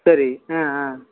சரி ஆ ஆ